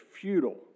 futile